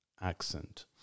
accent